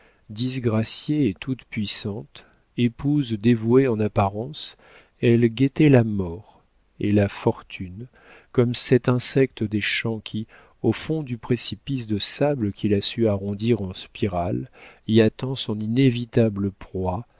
disgraciée et toute-puissante épouse dévouée en apparence elle guettait la mort et la fortune comme cet insecte des champs qui au fond du précipice de sable qu'il a su arrondir en spirale y attend son inévitable proie